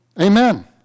Amen